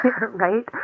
Right